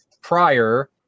prior